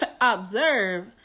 Observe